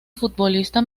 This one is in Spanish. futbolista